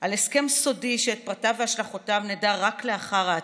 על הסכם סודי שאת פרטיו והשלכותיו נדע רק לאחר ההצבעה,